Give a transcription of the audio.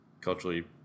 culturally